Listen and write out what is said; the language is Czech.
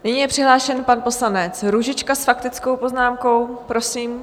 Nyní je přihlášen pan poslanec Růžička s faktickou poznámkou, prosím.